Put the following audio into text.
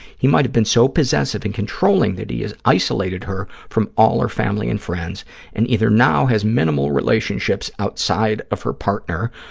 he might have been so possessive and controlling that he has isolated her from all her family and friends and either now has minimal relationships outside of her partner,